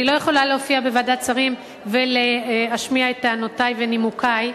אני לא יכולה להופיע בוועדת שרים ולהשמיע את טענותי ונימוקי.